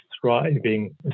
thriving